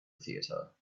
theater